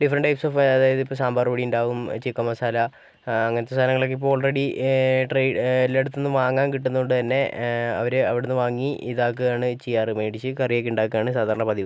different types of അതായത് ഇപ്പോൾ സാമ്പാർ പൊടി ഉണ്ടാവും ചിക്കൻ മസാലാ അങ്ങനത്തെ സാധനങ്ങൾ ഇപ്പോൾ ഓൾറെഡീ ട്രൈ എല്ലായിടത്തും നിന്നും വാങ്ങാൻ കിട്ടുന്നുണ്ട് തന്നേ അവര് അവിടുന്ന് വാങ്ങി ഇതാക്കുകയാണ് ചെയ്യാറ് മേടിച്ച് കറി ഒക്കെ ഉണ്ടാക്കുകയാണ് സാധാരണ പതിവ്